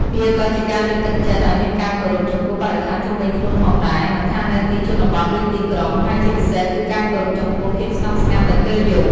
វាក៏ជាការលើកទឹកចិត្តឲ្យមានការគោរពចំពោះបរិស្ថានជុំវិញខ្លួនផងដែរ មិនថានៅទីជនបទ ឬទីក្រុង ហើយជាពិសេសគឺការគោរពចំពោះភាពស្ងប់ស្ងាត់នៅពេលយប់។